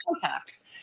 contacts